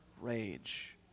rage